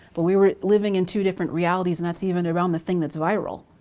but we were living in two different realities and that's even around the thing that's viral,